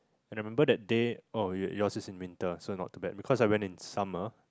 and I remember that day oh your yours is in winter so not too bad because I went in summer